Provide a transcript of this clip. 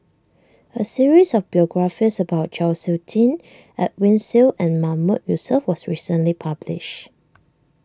a series of biographies about Chau Sik Ting Edwin Siew and Mahmood Yusof was recently published